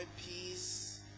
peace